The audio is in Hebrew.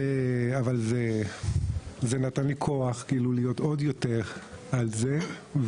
אבל זה נתן לי כוח כאילו להיות עוד יותר על זה.